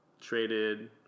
traded